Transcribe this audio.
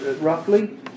roughly